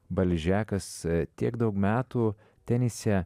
balžekas tiek daug metų tenise